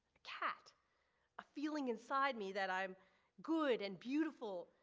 cat a feeling inside me that i'm good and beautiful,